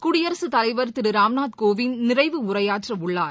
குடியரசுத் தலைவர் திருராம்நாத் கோவிந்த் நிறைவு உரையாற்றஉள்ளார்